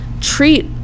treat